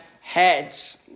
heads